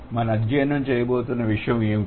మనం అధ్యయనం చేయబోతున్న విషయం ఏమిటి